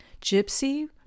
Gypsy